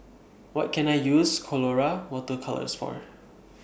What Can I use Colora Water Colours For